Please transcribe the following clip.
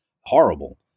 horrible